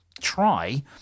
try